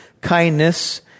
kindness